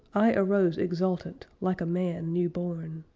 i arose exultant, like a man new born.